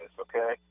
okay